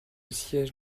siège